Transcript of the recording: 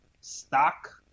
stock